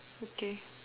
okay